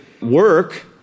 work